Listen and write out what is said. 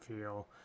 feel